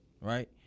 right